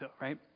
right